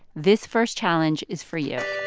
this first challenge is for you